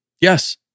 Yes